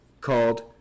called